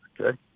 Okay